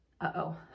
Uh-oh